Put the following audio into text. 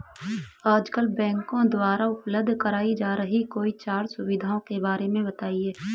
आजकल बैंकों द्वारा उपलब्ध कराई जा रही कोई चार सुविधाओं के बारे में बताइए?